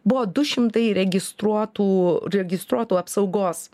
buvo du šimtai registruotų registruotų apsaugos